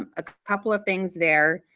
um a couple of things there,